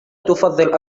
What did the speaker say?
تفضل